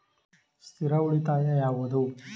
ಸ್ಥಿರ ಉಳಿತಾಯ ಯಾವುದು?